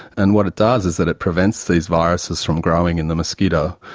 and what it does is that it prevents these viruses from growing in the mosquito,